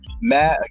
Matt